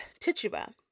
Tichuba